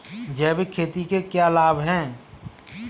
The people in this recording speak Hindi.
जैविक खेती के क्या लाभ हैं?